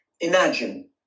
imagine